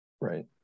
Right